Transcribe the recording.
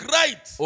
right